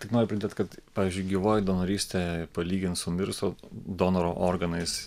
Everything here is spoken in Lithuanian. tik noriu pridėt kad pavyzdžiui gyvoji donorystė palygint su mirusio donoro organais